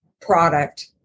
product